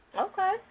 Okay